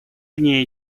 вне